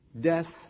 death